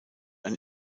ein